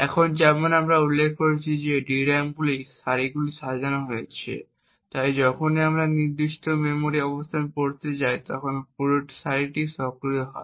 এখন যেমন আমরা উল্লেখ করেছি যে DRAM গুলি সারিগুলিতে সাজানো হয়েছে তাই যখনই আমরা একটি নির্দিষ্ট মেমরির অবস্থান পড়তে চাই তখনই পুরো সারিটি সক্রিয় হয়